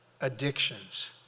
addictions